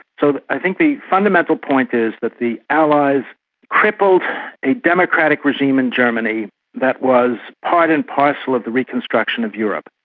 so i think the fundamental point is that the allies crippled a democratic regime in germany that was part and parcel of the reconstruction of europe.